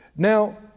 Now